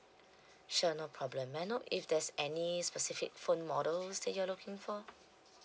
sure no problem may I know if there's any specific phone models that you're looking for